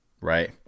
right